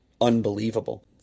unbelievable